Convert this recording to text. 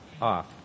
off